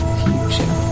future